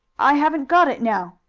i haven't got it now,